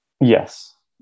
Yes